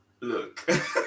look